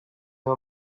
you